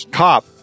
cop